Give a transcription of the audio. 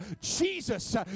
Jesus